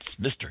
Mr